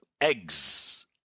eggs